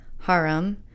Haram